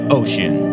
ocean